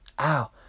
Ow